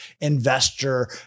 investor